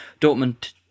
Dortmund